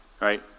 Right